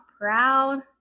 proud